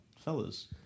fellas